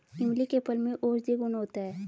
इमली के फल में औषधीय गुण होता है